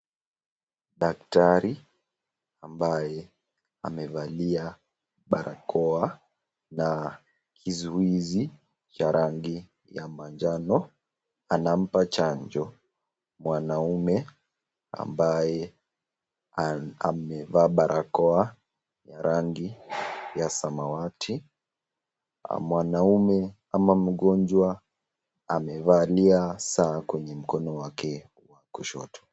Daktari ambaye amevalia barakoa la kizuizi ya rangi ya manjano anamba chanjo mwanaume ambaye amevaa barakoa ya rangi ya samawati. Mwanaume ama mgonjwa amevalia saa kwenye mkono wake wa kushoto.